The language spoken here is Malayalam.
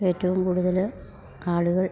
ഏറ്റവും കൂടുതൽ ആളുകൾ